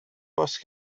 was